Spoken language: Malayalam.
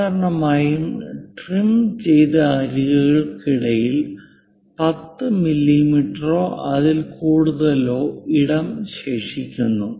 സാധാരണയായി ട്രിം ചെയ്ത അരികുകൾക്കിടയിൽ 10 മില്ലീമീറ്ററോ അതിൽ കൂടുതലോ ഇടം ശേഷിക്കുന്നു